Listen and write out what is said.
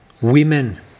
women